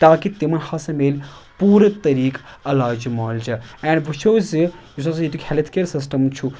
تاکہ تِمَن ہَسا مِلہِ پوٗرٕ طٔریٖقہٕ علاج معلجہ اینڈ وُچھو زِ یُس ہَسا ییٚتیُٚک ہٮ۪لٕتھ کیر سِسٹَم چھُ